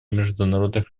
международных